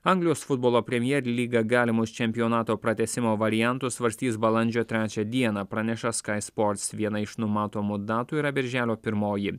anglijos futbolo premier lyga galimus čempionato pratęsimo variantus svarstys balandžio trečią dieną praneša sky sports viena iš numatomų datų yra birželio pirmoji